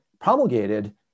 promulgated